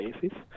basis